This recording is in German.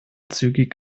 zügig